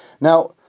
Now